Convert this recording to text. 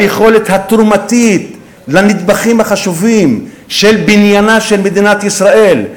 ביכולת התרומתית לנדבכים החשובים של בניינה של מדינת ישראל,